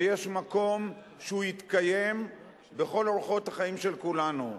ויש מקום שהוא יתקיים בכל אורחות החיים של כולנו.